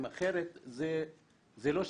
אחרת זה לא שווה,